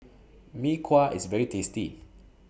Mee Kuah IS very tasty